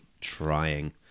trying